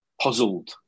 puzzled